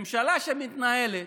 ממשלה שמתנהלת